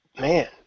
Man